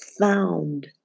found